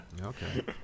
okay